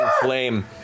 flame